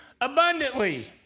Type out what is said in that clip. abundantly